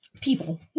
people